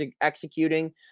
executing